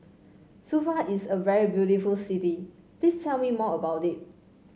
Suva is a very beautiful city Please tell me more about it